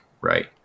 right